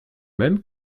même